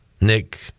Nick